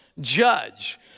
judge